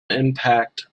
impact